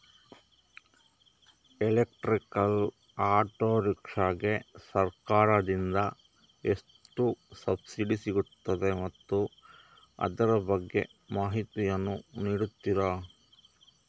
Electrical auto rickshaw ಗೆ ಸರ್ಕಾರ ದಿಂದ ಎಷ್ಟು ಸಬ್ಸಿಡಿ ಸಿಗುತ್ತದೆ ಮತ್ತು ಅದರ ಬಗ್ಗೆ ಮಾಹಿತಿ ಯನ್ನು ನೀಡುತೀರಾ?